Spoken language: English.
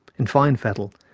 in fine fettle,